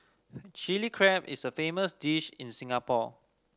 Chilli Crab is a famous dish in Singapore